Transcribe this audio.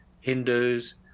Hindus